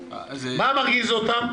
אבל מה מרגיז אותם?